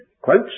quotes